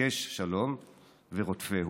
"בקש שלום ורדפהו"